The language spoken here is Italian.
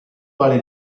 quale